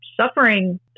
suffering